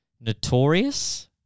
notorious